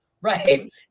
right